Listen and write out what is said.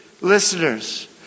listeners